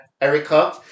Erica